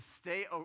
stay